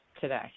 today